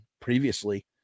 previously